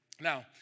Now